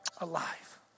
Alive